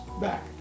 back